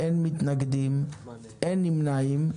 אין מתנגדים, אין נמנעים.